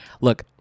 Look